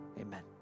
Amen